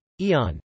Eon